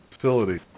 facility